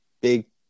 big